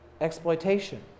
exploitation